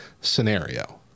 scenario